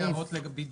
מקובל.